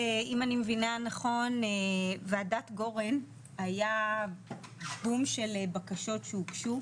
אם אני מבינה נכון וועדת גורן היה בום של בקשות שהוגשו